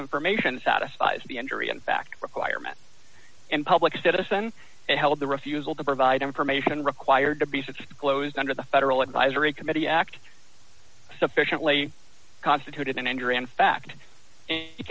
information satisfies the injury in fact requirement and public citizen held the refusal to provide information required to be six closed under the federal advisory committee act sufficiently constituted an injury in fact found the